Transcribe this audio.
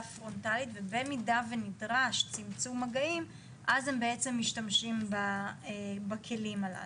פרונטלית ובמידה שנדרש צמצום מגעים אז הם בעצם משתמשים בכלים הללו.